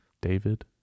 David